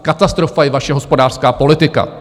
Katastrofa je vaše hospodářská politika.